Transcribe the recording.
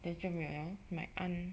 then 这边有 my aunt